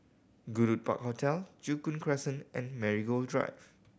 Goodwood Park Hotel Joo Koon Crescent and Marigold Drive